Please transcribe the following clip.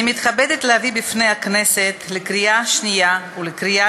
אני מתכבדת להביא בפני הכנסת לקריאה שנייה ולקריאה